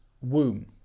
womb